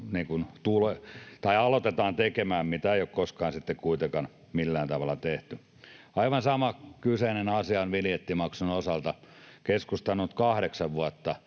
aloitetaan tekemään, mitä ei ole koskaan kuitenkaan millään tavalla tehty. Aivan sama kyseinen asia on vinjettimaksun osalta. Keskusta on ollut kahdeksan vuotta